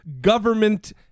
Government